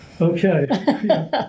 Okay